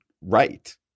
Right